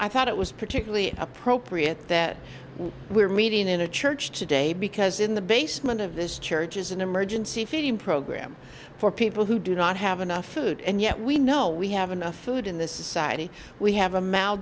i thought it was particularly appropriate that we're meeting in a church today because in the basement of this church is an emergency feeding program for people who do not have enough food and yet we know we have enough food in this society we have a m